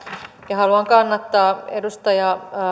ja haluan kannattaa edustaja